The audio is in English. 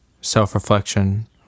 self-reflection